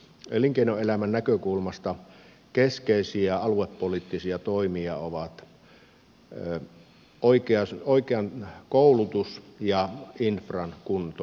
elinkeinoelämän näkökulmasta keskeisiä aluepoliittisia toimia ovat koulutus ja infran kunto